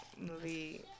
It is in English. movie